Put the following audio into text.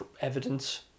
evidence